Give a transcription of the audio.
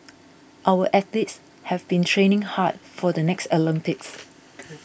our athletes have been training hard for the next Olympics